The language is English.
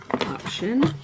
option